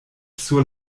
sur